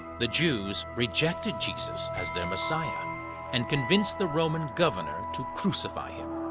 the jews rejected jesus as their messiah and convinced the roman governor to crucify him.